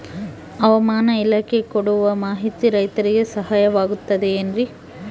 ಹವಮಾನ ಇಲಾಖೆ ಕೊಡುವ ಮಾಹಿತಿ ರೈತರಿಗೆ ಸಹಾಯವಾಗುತ್ತದೆ ಏನ್ರಿ?